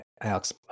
Alex